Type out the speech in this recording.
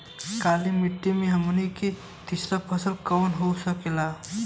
काली मिट्टी में हमनी के तीसरा फसल कवन हो सकेला?